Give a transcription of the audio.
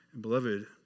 Beloved